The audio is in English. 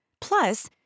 Plus